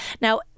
Now